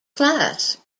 class